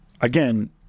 again